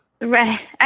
right